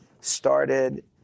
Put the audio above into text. started